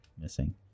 missing